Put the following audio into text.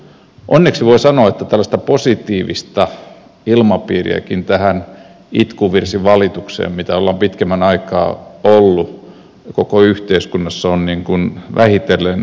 onneksi voi sanoa että tällaista positiivistakin ilmapiiriä tähän itkuvirsivalitukseen mitä on pitemmän aikaa ollut koko yhteiskunnassa on vähitellen löytymässä